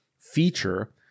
feature